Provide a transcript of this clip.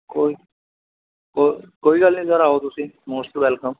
ਕੋਈ ਕੋਈ ਕੋਈ ਗੱਲ ਨਹੀਂ ਸਰ ਆਓ ਤੁਸੀਂ ਮੋਸਟ ਵੈਲਕਮ